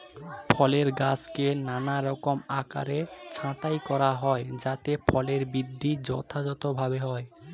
ফলের গাছকে নানারকম আকারে ছাঁটাই করা হয় যাতে ফলের বৃদ্ধি যথাযথভাবে হয়